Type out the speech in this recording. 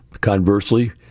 Conversely